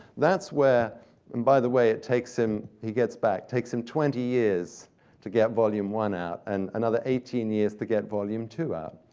that's where and by the way, it takes him he gets back, takes him twenty years to get volume one out, and another eighteen years to get volume two out.